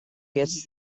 gets